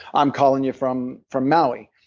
i'm calling you from from maui,